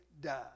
die